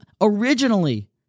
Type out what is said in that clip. originally